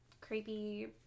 creepy